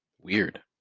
Weird